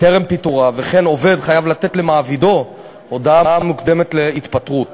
טרם פיטוריו וכן עובד חייב לתת למעבידו הודעה מוקדמת להתפטרות.